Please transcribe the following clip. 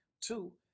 Two